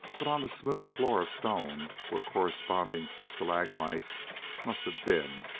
but on the smooth floor of stone, where corresponding stalagmites must have been,